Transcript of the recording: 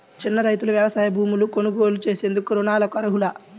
చిన్న రైతులు వ్యవసాయ భూములు కొనుగోలు చేసేందుకు రుణాలకు అర్హులా?